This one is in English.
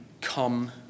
come